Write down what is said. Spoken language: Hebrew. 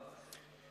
ורעה.